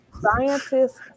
Scientists